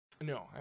No